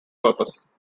purpose